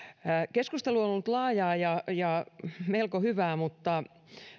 keskustelu on ollut laajaa ja ja melko hyvää mutta